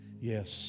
Yes